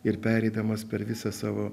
ir pereidamas per visą savo